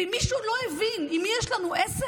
ואם מישהו לא הבין עם מי יש לנו עסק,